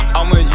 I'ma